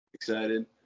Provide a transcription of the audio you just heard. excited